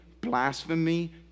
blasphemy